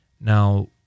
Now